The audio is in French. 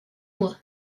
mois